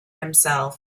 himself